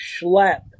schlep